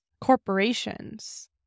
corporations